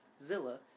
Zilla